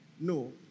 no